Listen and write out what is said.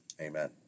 Amen